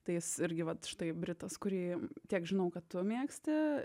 tai jis irgi vat štai britas kurį kiek žinau kad tu mėgsti